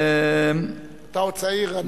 אתה עוד צעיר.